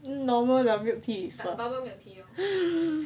normal 的 milk tea with pearl ah